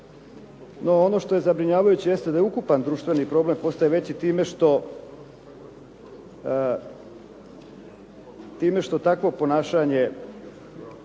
No, ono što je zabrinjavajuće jeste da je ukupan društveni problem postaje veći time što takvo ponašanje